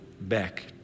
back